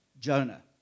Jonah